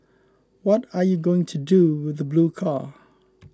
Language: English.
what are you going to do with the blue car